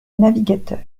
navigateur